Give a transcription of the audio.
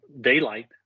daylight